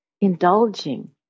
indulging